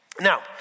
Now